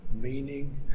meaning